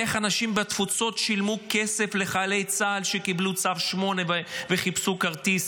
איך אנשים בתפוצות שילמו כסף לחיילי צה"ל שקיבלו צו 8 וחיפשו כרטיס